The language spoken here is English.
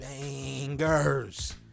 bangers